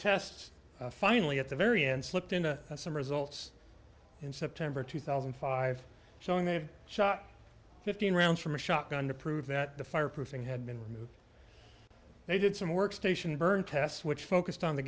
tests finally at the very end slipped into some results in september two thousand and five song they had shot fifteen rounds from a shotgun to prove that the fireproofing had been removed they did some work station burn tests which focused on the